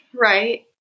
Right